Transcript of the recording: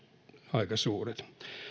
aika suuret